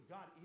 God